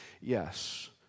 Yes